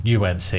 UNC